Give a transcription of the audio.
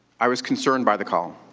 i was concerned by the call.